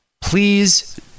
Please